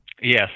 Yes